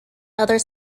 other